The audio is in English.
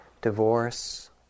Divorce